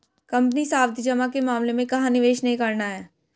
Company सावधि जमा के मामले में कहाँ निवेश नहीं करना है?